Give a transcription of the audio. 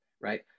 right